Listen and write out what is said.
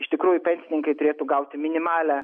iš tikrųjų pensininkai turėtų gauti minimalią